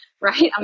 right